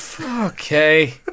Okay